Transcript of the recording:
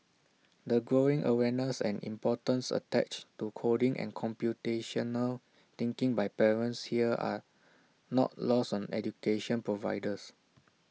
the growing awareness and importance attached to coding and computational thinking by parents here are not lost on education providers